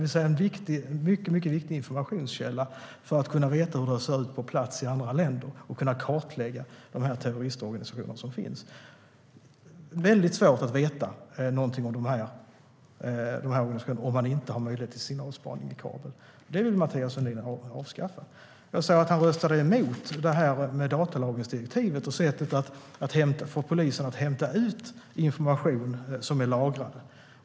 Det är en mycket viktig informationskälla för att kunna veta hur det ser ut på plats i andra länder och kunna kartlägga de terroristorganisationer som finns. Det är svårt att veta någonting om dessa organisationer om man inte har möjlighet till signalspaning i kabel. Men det vill Mathias Sundin avskaffa. Jag såg att han röstade emot datalagringsdirektivet och polisens sätt att hämta ut information som är lagrad.